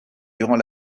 durant